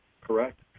Correct